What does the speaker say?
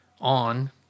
on